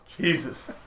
Jesus